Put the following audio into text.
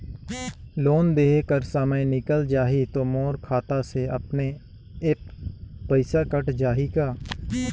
Loan देहे कर समय निकल जाही तो मोर खाता से अपने एप्प पइसा कट जाही का?